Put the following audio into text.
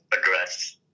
address